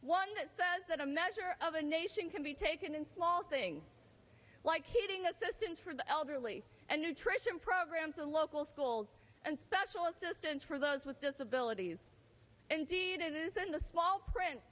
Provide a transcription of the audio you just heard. one that says that a measure of a nation can be taken in small things like heating assistance for the elderly and nutrition programs and local schools and special assistance for those with disabilities indeed it is in the small print